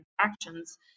actions